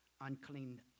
Unclean